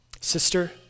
Sister